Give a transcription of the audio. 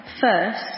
first